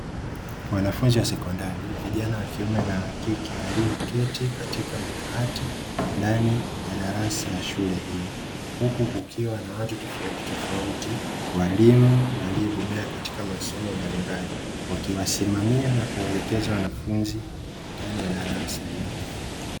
Wanafunzi wa sekondari, vijana wa kiume na wa kike walioketi katika madawati ndani ya darasa la shule hiyo huku kukiwa na watu tofautitofauti, walimu waliobobea katika masomo mbalimbali wakiwasimamia na kuwaelekeza wanafunzi ndani ya darasa hilo.